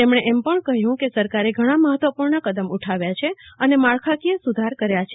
તેમણે એમ પણ કહયું કે સરકારે ઘણાં મહત્વપૂણ કદમ ઉઠાવ્યા છે અને માળખાકીય સુધારા કર્યા છે